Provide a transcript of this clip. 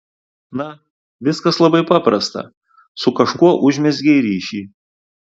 na viskas labai paprasta su kažkuo užmezgei ryšį